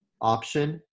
option